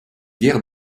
guère